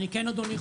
אני כן חושב,